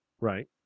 right